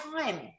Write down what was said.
time